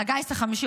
על הגיס החמישי,